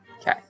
Okay